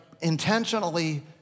intentionally